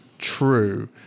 true